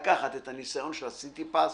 לקחת את הניסיון של סיטי פס,